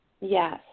Yes